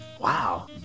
Wow